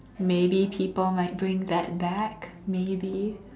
maybe people might bring that back maybe